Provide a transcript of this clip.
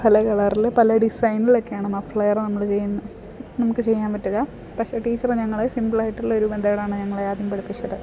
പല കളറില് പല ഡിസൈനിലൊക്കെയാണ് മഫ്ളേറ് നമ്മൾ ചെയ്യുന്നത് നമുക്ക് ചെയ്യാൻ പറ്റുക പക്ഷെ ടീച്ചറ് ഞങ്ങളെ സിമ്പിളായിട്ടുള്ളൊരു മെത്തേടാണ് ഞങ്ങളെ ആദ്യം പഠിപ്പിച്ചത്